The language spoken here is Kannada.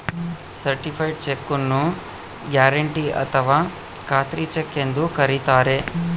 ಸರ್ಟಿಫೈಡ್ ಚೆಕ್ಕು ನ್ನು ಗ್ಯಾರೆಂಟಿ ಅಥಾವ ಖಾತ್ರಿ ಚೆಕ್ ಎಂದು ಕರಿತಾರೆ